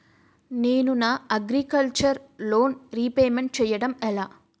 నేను నా agriculture loan repayment చేయడం ఎలా?